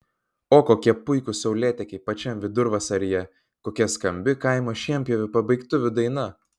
o kokie puikūs saulėtekiai pačiam vidurvasaryje kokia skambi kaimo šienpjovių pabaigtuvių daina